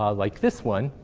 um like this one,